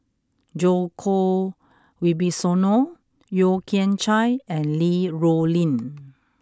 Djoko Wibisono Yeo Kian Chye and Li Rulin